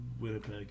Winnipeg